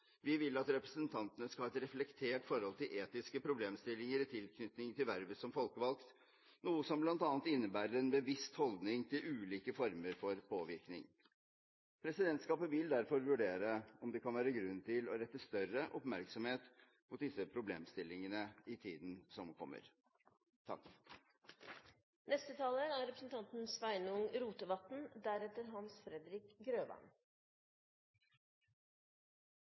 Vi vil at representantene skal ha et reflektert forhold til etiske problemstillinger i tilknytning til vervet som folkevalgt, noe som bl.a. innebærer en bevisst holdning til ulike former for påvirkning. Presidentskapet vil derfor vurdere om det kan være grunn til å rette større oppmerksomhet mot disse problemstillingene i tiden som kommer.